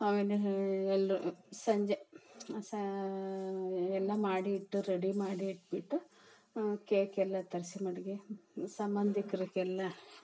ಆಮೇಲೆ ಏ ಎಲ್ಲರು ಸಂಜೆ ಸಹ ಎಲ್ಲ ಮಾಡಿಟ್ಟು ರೆಡಿ ಮಾಡಿ ಇಟ್ಬಿಟ್ಟು ಕೇಕೆಲ್ಲ ತರಿಸಿ ಮಡ್ಗಿ ಸಂಬಂಧಿಕ್ರಗೆಲ್ಲ